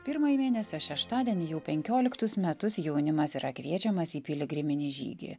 pirmąjį mėnesio šeštadienį jau penkioliktus metus jaunimas yra kviečiamas į piligriminį žygį